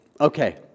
Okay